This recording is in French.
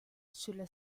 cela